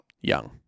Young